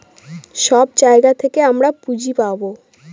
সব জায়গা থেকে আমরা পুঁজি পাবো